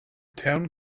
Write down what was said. town